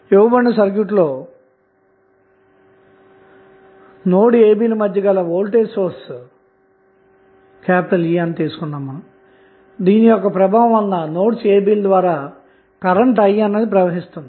ఇవ్వబడిన సర్క్యూట్లో nodes ab ల మధ్య గలవోల్టేజ్ సోర్స్ ప్రభావము వలననోడ్స్ cd ల ద్వారా కరెంటు I అన్నది ప్రవహిస్తుంది